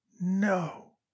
No